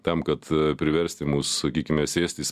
tam kad priversti mus sakykime sėstis